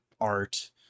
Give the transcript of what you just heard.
art